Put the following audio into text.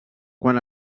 quan